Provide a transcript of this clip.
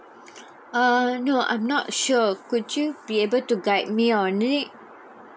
err no I'm not sure could you be able to guide me on it